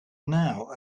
now